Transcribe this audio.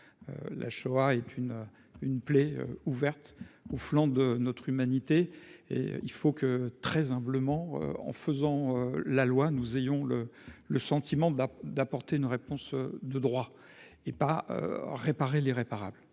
La Shoah est une une plaie ouverte au flanc de notre humanité et il faut que très humblement en faisant la loi nous ayons le le sentiment de, d'apporter une réponse de droit et pas réparer l'irréparable.